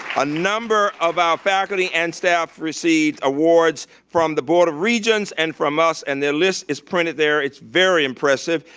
a number of our faculty and staff received awards from the board of regents and from us and their list is printed there. it's very impressive.